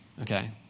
Okay